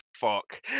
fuck